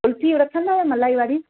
कुल्फी रखंदा आहियो मलाई वारी